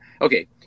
okay